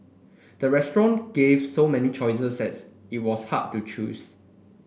the restaurant gave so many choices that it was hard to choose